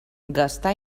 gastar